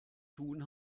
tun